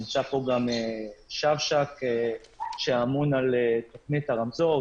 נמצא גם מי שאמון על תכנית הרמזור,